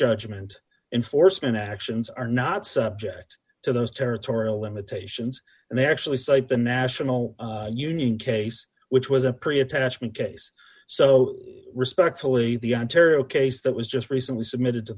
judgment enforcement actions are not subject to those territorial limitations and they actually cite the national union case which was a pre attachment case so respectfully the ontario case that was just recently submitted to